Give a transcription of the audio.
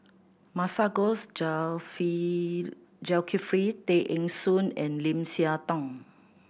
Masagos Zulkifli Tay Eng Soon and Lim Siah Tong